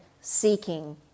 seeking